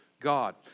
God